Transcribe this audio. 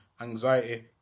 Anxiety